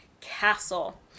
castle